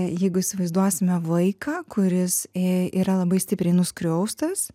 jeigu įsivaizduosime vaiką kuris yra labai stipriai nuskriaustas